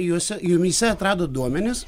juose jumyse atrado duomenis